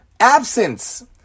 absence